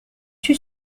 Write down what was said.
tue